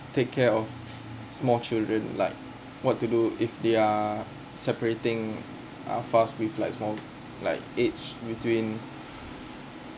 take care of small children like what to do if they are separating uh for us with like more like age between